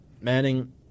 Manning